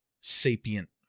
sapient